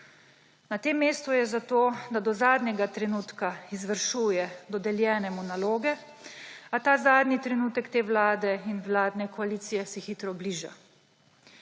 Na tem mestu je zato, da do zadnjega trenutka izvršuje dodeljene mu naloge, a ta zadnji trenutek te vlade in vladne koalicije se hitro bliža.